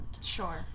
Sure